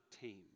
tame